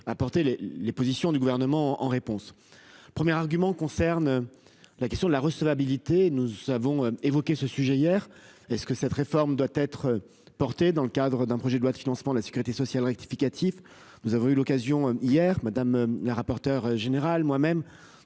apporter les les positions du gouvernement en réponse première argument concerne. La question de la recevabilité. Nous avons évoqué ce sujet hier, est-ce que cette réforme doit être porté dans le cadre d'un projet de loi de financement de la Sécurité sociale rectificatif. Nous avons eu l'occasion hier. La rapporteure générale moi même